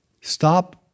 stop